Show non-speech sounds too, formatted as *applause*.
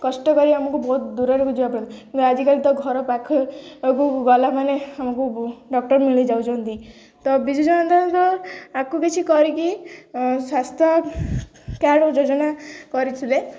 କଷ୍ଟ କରି ଆମକୁ ବହୁତ ଦୂରକୁ ଯିବାକୁ *unintelligible* କିନ୍ତୁ ଆଜିକାଲି ତ ଘର ପାଖକୁ ଗଲା ମାନ ଆମକୁ ଡକ୍ଟର ମିଳିଯାଉଛନ୍ତି ତ ବିଜୁ ଆଗକୁ କିଛି କରିକି ସ୍ୱାସ୍ଥ୍ୟ କାର୍ଡ଼ ଯୋଜନା କରିଥିଲେ